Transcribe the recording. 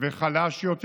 וחלש יותר,